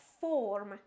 form